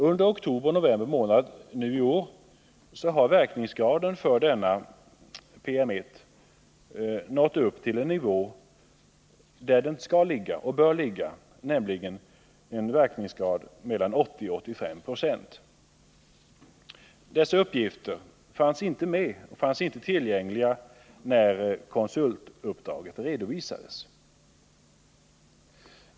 Under oktober och november månader i år har verkningsgraden för denna pappersmaskin nått upp till en nivå där den skall och bör ligga, nämligen en verkningsgrad på mellan 80 och 85 26. Dessa uppgifter fanns inte tillgängliga när konsultuppdraget redovisades.